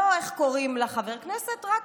לא איך קוראים לחבר הכנסת, רק